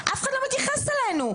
אף אחד לא מתייחס אלינו.